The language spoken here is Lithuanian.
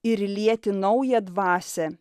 ir lieti naują dvasią